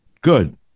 good